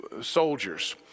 soldiers